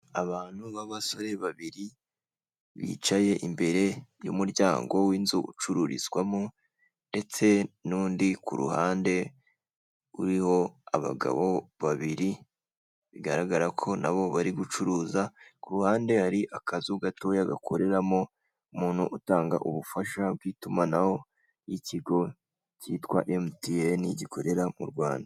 Abantu b'abasore babiri, bicaye imbere y'umuryango w'inzu ucururizwamo ndetse n'undi ku ruhande uriho abagabo babiri, bigaragara ko na bo bari gucuruza, ku ruhande hari akazu gatoya gakoreramo umuntu utanga ubufasha bw'itumanaho ry'ikigo cyitwa Emutiyeni, gikorera mu Rwanda.